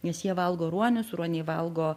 nes jie valgo ruonius ruoniai valgo